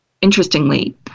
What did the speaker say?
interestingly